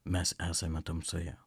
mes esame tamsoje